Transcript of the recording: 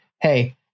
hey